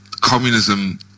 communism